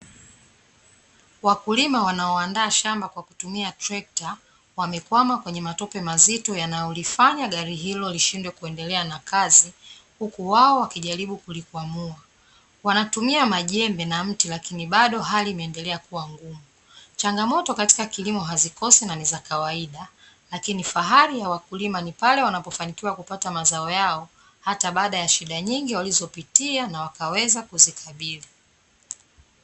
Wakulima wanaoandaa shamba kwa kutumia trekta, wamekwama kwenye matope mazito yanayolifanya gari hilo lishindwe kuendelea na kazi, huku wao wakijaribu kulikwamua. Wanatumia majembe na mti lakini bado hali imeendelea kuwa ngumu. Changamoto katika kilimo hazikosi na ni za kawaida, lakini fahari ya wakulima ni pale wanapofanikiwa kupata mazao yao, hata baada ya shida nyingi walizopitia na wakaweza kuzikabili.